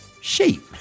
sheep